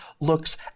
looks